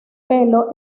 pelo